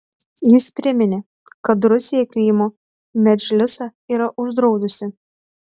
jis priminė kad rusija krymo medžlisą yra uždraudusi